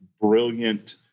brilliant